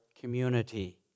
community